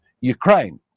Ukraine